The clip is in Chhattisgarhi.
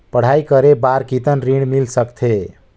पढ़ाई करे बार कितन ऋण मिल सकथे?